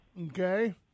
Okay